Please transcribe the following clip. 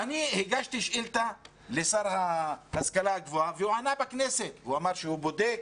הגשתי שאילתה לשר ההשכלה הגבוהה והוא ענה בכנסת שהוא בודק.